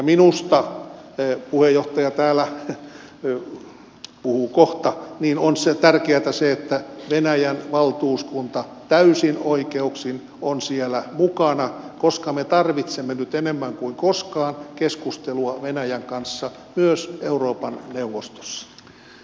minusta puheenjohtaja täällä puhuu kohta on tärkeätä se että venäjän valtuuskunta täysin oikeuksin on siellä mukana koska me tarvitsemme nyt enemmän kuin koskaan keskustelua venäjän kanssa myös euroopan neuvostossa